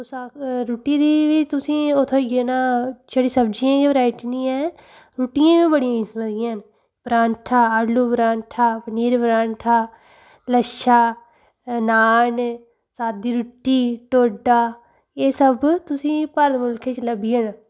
रुट्टी दी बी तुसें गी ओह् थ्होई जाना छड़ी सब्जियें दी गै वैरायटी निं ऐ रुट्टियां बी बड़े किस्म दियां न परांठा आलू परांठा पनीर पराठां लच्छा नान सादी रुट्टी ढोड्डा एह् सब तुसें ई भारत मुल्खै च लब्भी जाना